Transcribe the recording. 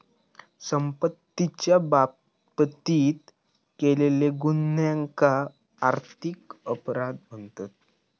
संपत्तीच्या बाबतीत केलेल्या गुन्ह्यांका आर्थिक अपराध म्हणतत